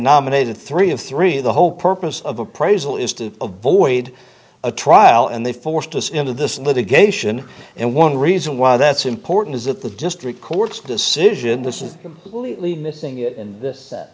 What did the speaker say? nominated three of three the whole purpose of appraisal is to avoid a trial and they forced us into this litigation and one reason why that's important is that the district court's decision this is this thing in this that